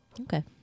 Okay